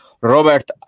Robert